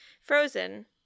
Frozen